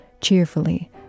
cheerfully